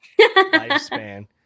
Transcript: lifespan